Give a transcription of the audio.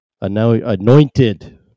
anointed